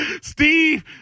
Steve